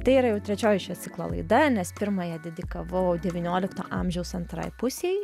tai yra jau trečioji šio ciklo laida nes pirmąją dedikavau devyniolikto amžiaus antrai pusei